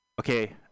Okay